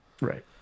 right